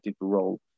role